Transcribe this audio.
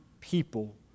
people